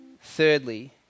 Thirdly